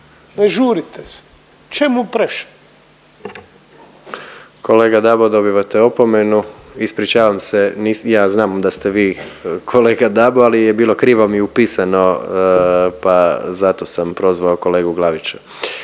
ne žurite se. Čemu preša?